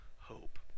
hope